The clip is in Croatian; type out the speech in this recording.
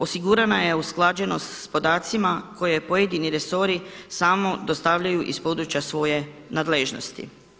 Osigurana je usklađenost s podacima koje pojedini resori samo dostavljaju iz područja svoje nadležnosti.